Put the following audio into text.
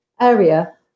area